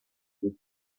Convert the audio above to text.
petit